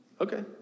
Okay